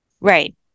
right